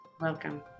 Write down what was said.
Welcome